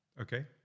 Okay